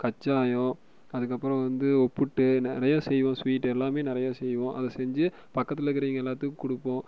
கசாயோம் அதுக்கப்கப்புறோம் வந்து புட்டு நி நிறைய செய்வோம் ஸ்வீட்டு எல்லாமே நிறைய செய்வோம் அதை செஞ்சு பக்கத்தில் இருக்கிறவங்க எல்லாத்துக்கும் கொடுப்போம்